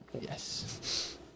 Yes